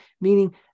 meaning